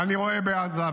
אני רואה בעזה,